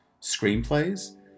screenplays